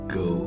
go